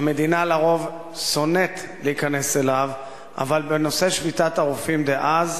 שהמדינה לרוב שונאת להיכנס אליו אבל בנושא שביתת הרופאים דאז,